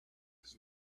his